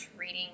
Reading